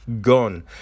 gone